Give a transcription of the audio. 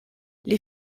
les